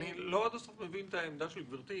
לא כל כך מבין את העמדה של גברתי.